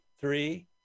three